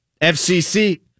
FCC